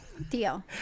Deal